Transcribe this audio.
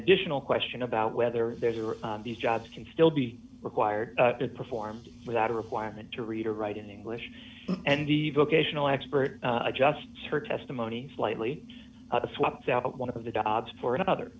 additional question about whether there's are these jobs can still be required to perform without a requirement to read or write in english and the vocational expert adjusts her testimony slightly swapped out one of the dogs for another